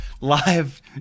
live